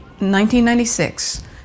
1996